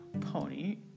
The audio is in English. pony